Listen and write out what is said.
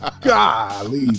Golly